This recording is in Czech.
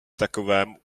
takovém